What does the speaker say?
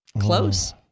Close